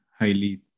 highly